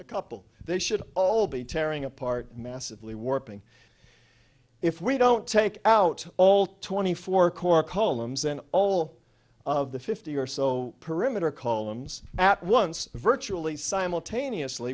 a couple they should all be tearing apart massively warping if we don't take out all twenty four core columns and all of the fifty or so perimeter columns at once virtually simultaneously